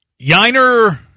Yiner